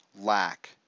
lack